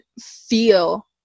feel